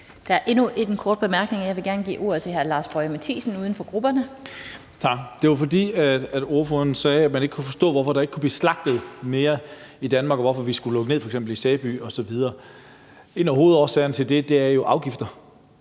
Der er endnu en kort bemærkning. Jeg vil gerne give ordet til hr. Lars Boje Mathiesen, uden for grupperne. Kl. 13:37 Lars Boje Mathiesen (UFG): Tak. Det var, fordi ordføreren sagde, at hun ikke kunne forstå, hvorfor der ikke kunne blive slagtet mere i Danmark, og hvorfor vi f.eks. skulle lukke ned i Sæby, osv. En af hovedårsagerne til det er jo afgifter,